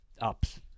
ups